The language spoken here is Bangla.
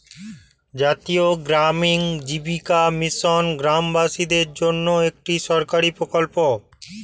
জাতীয় গ্রামীণ জীবিকা মিশন গ্রামবাসীদের জন্যে একটি সরকারি প্রকল্প